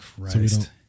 Christ